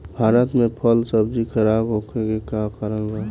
भारत में फल सब्जी खराब होखे के का कारण बा?